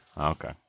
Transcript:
Okay